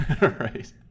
Right